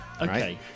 Okay